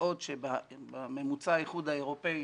בעוד שבממוצע האיחוד האירופאי